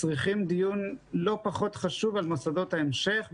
צריכים לקיים דיון לא פחות חשוב על מוסדות ההמשך,